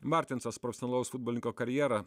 martinsas profesionalaus futbolininko karjerą